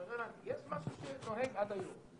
יש משהו שנוהג עד היום.